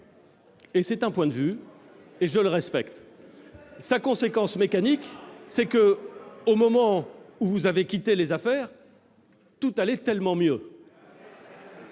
C'est un point de vue que je respecte ! Sa conséquence mécanique est que, au moment où vous avez quitté les affaires, tout allait vraiment mieux